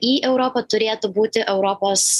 į europą turėtų būti europos